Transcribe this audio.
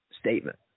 statement